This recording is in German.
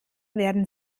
werden